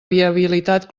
viabilitat